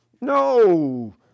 No